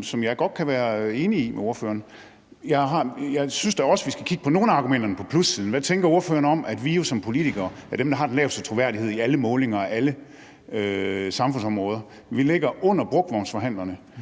som jeg godt kan være enig med ordføreren i. Jeg synes da også, at vi skal kigge på nogle af argumenterne på plussiden. Hvad tænker ordføreren om, at vi som politikere er dem, der har den laveste troværdighed i alle målinger og på alle samfundsområder? Vi ligger under brugtvognsforhandlerne,